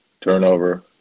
turnover